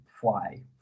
fly